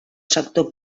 sector